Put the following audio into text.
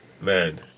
man